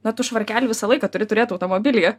na tu švarkelį visą laiką turi turėt automobilyje